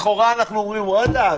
לכאורה אנחנו אומרים: וואלה,